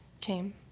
came